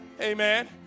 amen